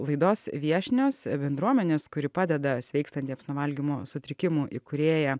laidos viešnios bendruomenės kuri padeda sveikstantiems nuo valgymo sutrikimų įkūrėja